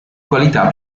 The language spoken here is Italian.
qualità